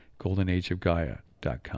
GoldenAgeofGaia.com